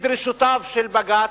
לדרישותיו של בג"ץ,